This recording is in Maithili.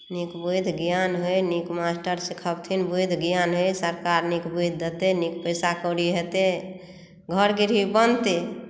नीक बुद्धि ज्ञान होए नीक मास्टर सिखबथिन बुद्धि ज्ञान होए सरकार नीक बुद्धि देतै पैसा कौड़ी हेतै घर गृह बनतै